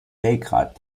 belgrad